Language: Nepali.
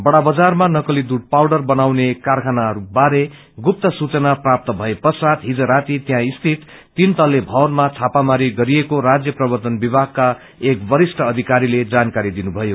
बड़ा बजारमा नकली दूष पाउडर बनाउने कारखानाबारे गुप्त सूचना प्राप्त भए पश्चात हिज राती त्यसँ स्थित तीन तल्ले भवनमा छपामारी गरिएको राज्य प्रवर्तन विभागका एक वरिष्ठ अधिकारीले जानकारी दिनुभयो